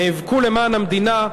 נאבקו למען המדינה,